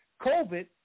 COVID